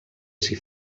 s’hi